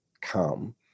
come